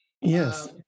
Yes